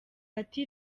ati